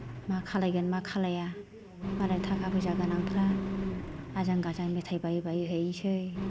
मा खालायगोन मा खालाया मालाय थाखा फैसा गोनांफ्रा आजां गाजां मेथाइ बायै बायै हैसै